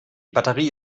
batterie